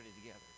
together